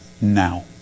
now